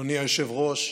אדוני היושב-ראש,